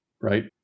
right